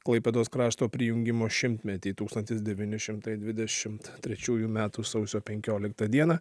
klaipėdos krašto prijungimo šimtmetį tūkstantis devyni šimtai dvidešimt trečiųjų metų sausio penkioliktą dieną